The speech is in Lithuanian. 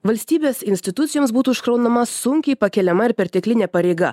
valstybės institucijoms būtų užkraunama sunkiai pakeliama ir perteklinė pareiga